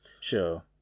Sure